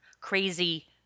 crazy